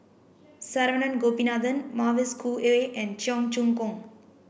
Saravanan Gopinathan Mavis Khoo Oei and Cheong Choong Kong